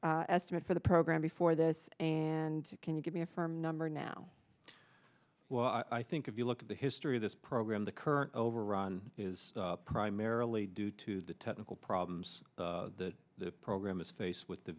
estimate for the program before this and can you give me a firm number now i think if you look at the history of this program the current overrun is primarily due to the technical problems that the program is faced with the